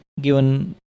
given